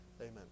Amen